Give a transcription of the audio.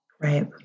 Right